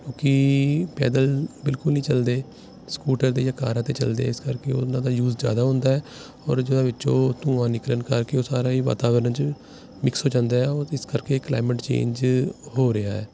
ਕਿਉਂਕਿ ਪੈਦਲ ਬਿਲਕੁਲ ਨਹੀਂ ਚੱਲਦੇ ਸਕੂਟਰ 'ਤੇ ਜਾਂ ਕਾਰਾਂ ਤੇ ਚੱਲਦੇ ਇਸ ਕਰਕੇ ਉਹਨਾਂ ਦਾ ਯੂਜ ਜ਼ਿਆਦਾ ਹੁੰਦਾ ਹੈ ਔਰ ਜਿਹਨਾਂ ਵਿੱਚੋਂ ਧੂਆਂ ਨਿਕਲਣ ਕਰਕੇ ਉਹ ਸਾਰਾ ਹੀ ਵਾਤਾਵਰਨ 'ਚ ਮਿਕਸ ਹੋ ਜਾਂਦਾ ਔਰ ਇਸ ਕਰਕੇ ਕਲਾਈਮੇਟ ਚੇਂਜ ਹੋ ਰਿਹਾ